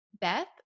Beth